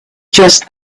just